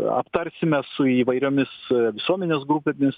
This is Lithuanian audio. aptarsime su įvairiomis visuomenės grupėmis